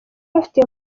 bafite